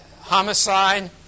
homicide